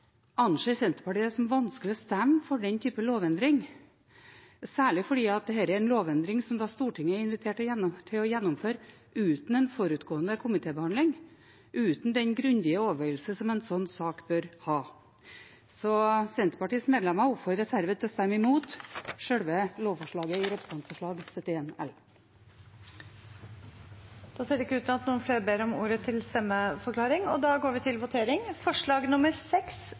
anser Senterpartiet det som vanskelig å stemme for den typen lovendring, særlig fordi dette er en lovendring som Stortinget er invitert til å gjennomføre uten en forutgående komitébehandling, uten den grundige overveielse som en slik sak bør ha. Senterpartiets medlemmer oppfordres herved til å stemme mot sjølve lovforslaget i representantforslag 71 L. Flere har ikke bedt om ordet til stemmeforklaring. Det voteres over forslag nr. 6, fra Arbeiderpartiet. Forslaget lyder: «Stortinget ber